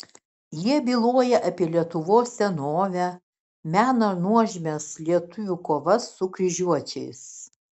jie byloja apie lietuvos senovę mena nuožmias lietuvių kovas su kryžiuočiais